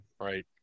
Right